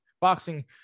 Boxing